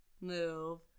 move